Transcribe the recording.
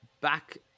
back